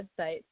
website